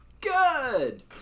good